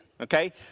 Okay